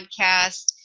podcast